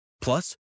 Plus